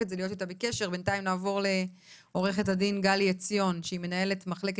אלא דור שני והרבה שנים אני קיבלתי את זה כמובן מאליו,